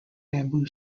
bamboo